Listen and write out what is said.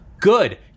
good